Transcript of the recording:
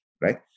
right